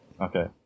Okay